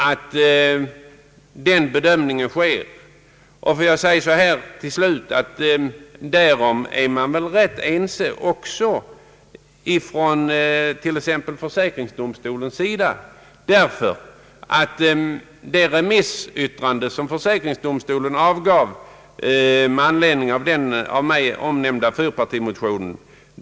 Att även den behöver utredas ansåg ju bland andra försäkringsdomstolen i sitt remissyttrande med anledning av den av mig omnämnda fyrpartimotionen.